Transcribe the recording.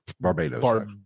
Barbados